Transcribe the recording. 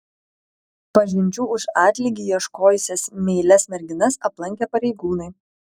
pažinčių už atlygį ieškojusias meilias merginas aplankė pareigūnai